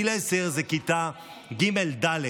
גיל עשר זה כיתה ג', ד'.